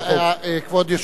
כבוד היושב-ראש,